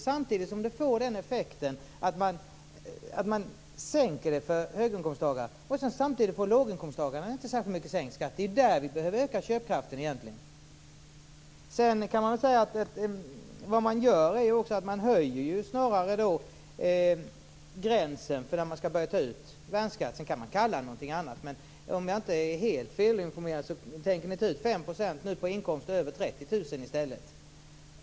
Samtidigt blir effekten att man sänker för höginkomsttagarna medan låginkomsttagarna inte får särskilt mycket sänkt skatt. Det är där vi egentligen behöver öka köpkraften. Vad man gör är väl snarast att höja gränsen för när man skall börja ta ut värnskatt. Sedan kan man kalla det något annat, men om jag inte är helt felinformerad tänker ni nu ta ut 5 % på inkomster över 30 000 kr i stället.